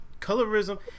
colorism